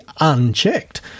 unchecked